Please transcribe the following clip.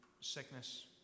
sickness